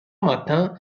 matin